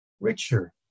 richer